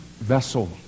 vessel